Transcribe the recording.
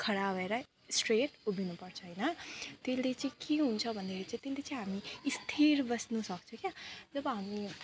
खडा भएर स्ट्रेट उभिनुपर्छ होइन त्यसले चाहिँ के हुन्छ भन्दाखेरि चाहिँ त्यसले चाहिँ हामी स्थिर बस्नुसक्छ क्या जब हामी